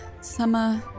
summer